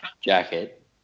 jacket